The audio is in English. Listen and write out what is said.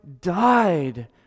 died